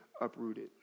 uprooted